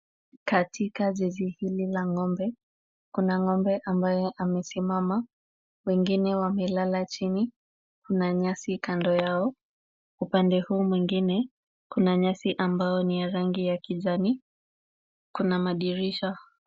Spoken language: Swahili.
Katika zizi hili la ng'ombe, kuna ng'ombe ambaye amesimama. Wengine wamelala chini, kuna nyasi kando yao. Upande huu mwingine kuna nyasi ambao ni ya rangi ya kijani. Kuna madirisha.